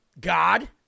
God